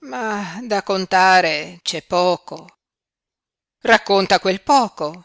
ma da contare c'è poco racconta quel poco